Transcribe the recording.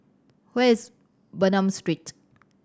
where is Bernam Street